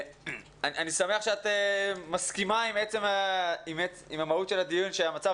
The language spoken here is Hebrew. אני שמח שאת מסכימה עם המהות של הדיון שהמצב